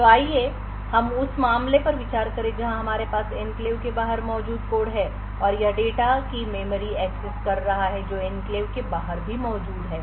तो आइए हम उस मामले पर विचार करें जहां हमारे पास एन्क्लेव के बाहर मौजूद कोड है और यह डेटा की मेमोरी एक्सेस कर रहा है जो एन्क्लेव के बाहर भी मौजूद है